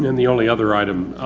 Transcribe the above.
and the only other item,